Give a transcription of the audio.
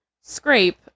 scrape